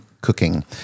cooking